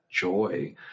joy